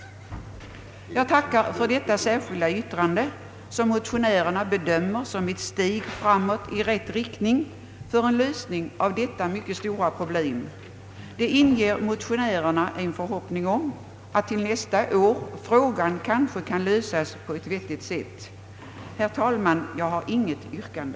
Jag tackar för detta särskilda yttrande som motionärerna bedömer som ett steg i rätt riktning för en lösning av detta mycket stora problem. Det inger motionärerna en förhoppning om att till nästa år frågan kanske kan lösas på ett vettigt sätt. Herr talman! Jag har inget yrkande.